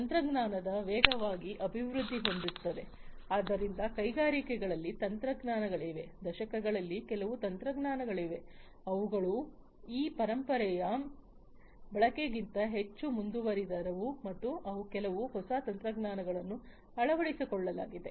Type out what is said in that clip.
ತಂತ್ರಜ್ಞಾನವು ವೇಗವಾಗಿ ಅಭಿವೃದ್ಧಿ ಹೊಂದುತ್ತಿದೆ ಆದ್ದರಿಂದ ಕೈಗಾರಿಕೆಗಳಲ್ಲಿ ತಂತ್ರಜ್ಞಾನಗಳಿವೆ ದಶಕಗಳಲ್ಲಿ ಕೆಲವು ತಂತ್ರಜ್ಞಾನಗಳಿವೆ ಅವುಗಳು ಆ ಪರಂಪರೆಯ ಬಯಕೆಗಳಿಗಿಂತ ಹೆಚ್ಚು ಮುಂದುವರಿದವು ಮತ್ತು ಕೆಲವು ಹೊಸ ತಂತ್ರಜ್ಞಾನಗಳನ್ನು ಅಳವಡಿಸಿಕೊಳ್ಳಲಾಗಿದೆ